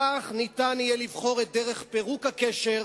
כך יהיה אפשר לבחור את דרך פירוק הקשר,